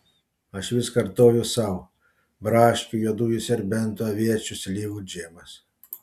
aš vis kartoju sau braškių juodųjų serbentų aviečių slyvų džemas